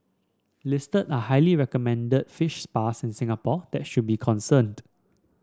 listed are highly recommended fish spas in Singapore that should be concerned